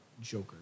joker